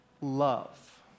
love